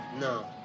No